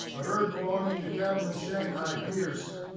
a herd belonging to cattleman shanghai pierce,